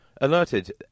alerted